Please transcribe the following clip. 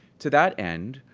to that end,